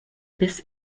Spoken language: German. bis